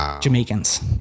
Jamaicans